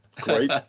Great